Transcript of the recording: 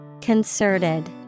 Concerted